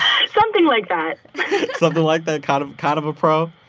um something like that something like that? kind of kind of a pro?